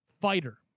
fighter